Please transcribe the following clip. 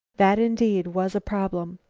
that, indeed, was a problem.